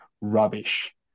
rubbish